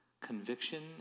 conviction